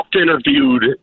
interviewed